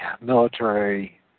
military